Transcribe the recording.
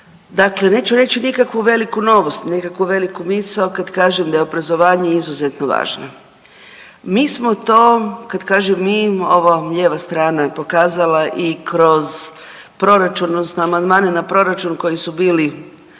Dakle, neću reći nikakvu veliku novost, nikakvu veliku misao kad kažem da je obrazovanje izuzetno važno. Mi smo to, kad kažem mi ova lijeva strana pokazala i kroz proračun odnosno amandmane na proračun koji su bili